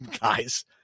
guys